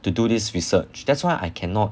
to do this research that's why I cannot